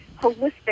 holistic